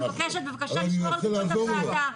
אני מבקשת בבקשה לשמור על כבוד הוועדה.